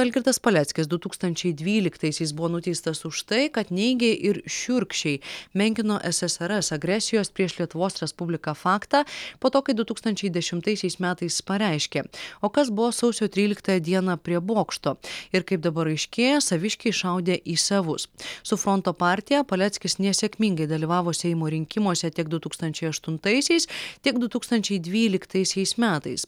algirdas paleckis du tūkstančiai dvyliktaisiais buvo nuteistas už tai kad neigė ir šiurkščiai menkino ssrs agresijos prieš lietuvos respubliką faktą po to kai du tūkstančiai dešimtaisiais metais pareiškė o kas buvo sausio tryliktąją dieną prie bokšto ir kaip dabar aiškėja saviškiai šaudė į savus su fronto partija paleckis nesėkmingai dalyvavo seimo rinkimuose tiek du tūkstančiai aštuntaisiais tiek du tūkstančiai dvyliktaisiais metais